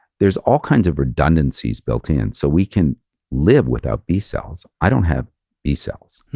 there's all kinds of redundancies built in. so we can live without b-cells. i don't have b-cells,